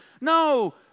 No